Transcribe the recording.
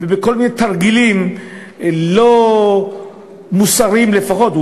ובכל מיני תרגילים לא מוסריים לפחות,